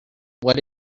what